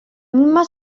misma